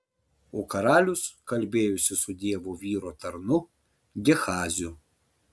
o karalius kalbėjosi su dievo vyro tarnu gehaziu